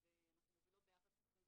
הם רצו יותר ואנחנו אמרנו להם לא.